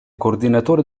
coordinatore